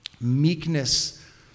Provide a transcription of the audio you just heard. meekness